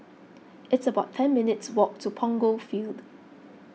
it's about ten minutes walk to Punggol Field